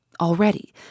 Already